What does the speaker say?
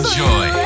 joy